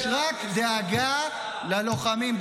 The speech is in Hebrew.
-- יש רק דאגה ללוחמים.